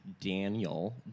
Daniel